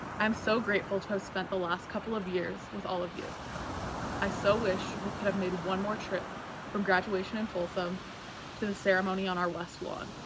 i'm so grateful to have spent the last couple of years with all of you i so wish we could have made one more trip from graduation in folsom to the ceremony on our west lawn